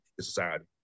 society